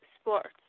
sports